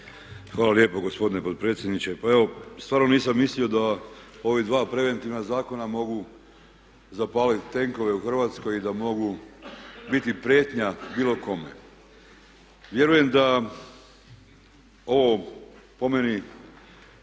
Hvala lijepo gospodine potpredsjedniče. Stvarno nisam mislio da ova dva preventivna zakona mogu zapaliti tenkove u Hrvatskoj i da mogu biti prijetnja bilo kome. Vjerujem da ovo po meni